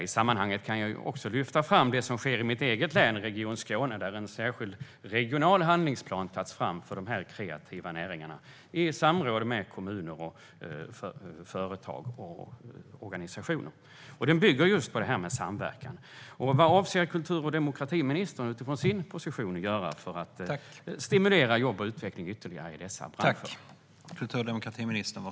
I sammanhanget kan jag lyfta fram det som sker i mitt hemlän, Region Skåne, där en särskild regional handlingsplan för dessa kreativa näringar har tagits fram i samråd med kommuner, företag och organisationer. Den bygger just på detta med samverkan. Vad avser kultur och demokratiministern att göra utifrån sin position för att ytterligare stimulera jobb och utveckling i dessa branscher?